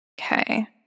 Okay